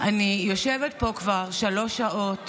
אני יושבת פה כבר שלוש שעות